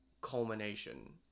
culmination